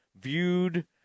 viewed